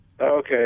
Okay